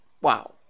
Wow